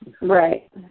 Right